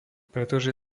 pretože